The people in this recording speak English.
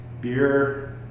beer